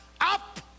Up